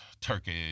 turkey